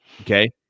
Okay